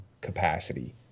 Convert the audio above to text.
capacity